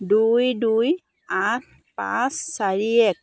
দুই দুই আঠ পাঁচ চাৰি এক